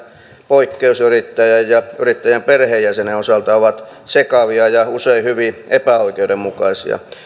poikkeusyrittäjän ja yrittäjän perheenjäsenen osalta ovat sekavia ja usein hyvin epäoikeudenmukaisia